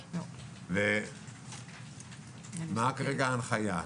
מה כרגע ההנחיה?